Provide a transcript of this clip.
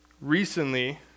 recently